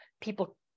people